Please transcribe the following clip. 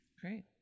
great